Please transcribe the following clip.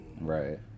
right